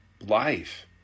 life